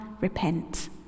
repent